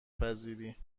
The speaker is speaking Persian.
پذیری